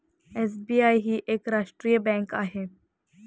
SBI ही एक राष्ट्रीय बँक आहे